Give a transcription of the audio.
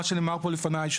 מה שנאמר פה לפניי,